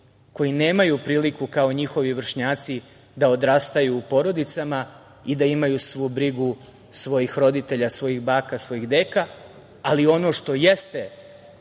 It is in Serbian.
koji nemaju priliku kao njihovi vršnjaci da odrastaju u porodicama i da imaju svu brigu svojih roditelja, svojih baka, svojih deka. Ono što jeste